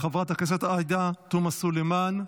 חברת הכנסת עאידה תומא סלימאן,